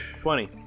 Twenty